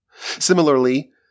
Similarly